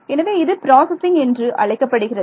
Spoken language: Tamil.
எனவே இது பிராசசிங் என்று அழைக்கப்படுகிறது